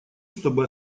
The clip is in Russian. чтобы